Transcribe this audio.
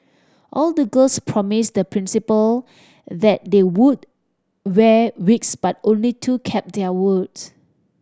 all the girls promised the Principal that they would wear wigs but only two kept their words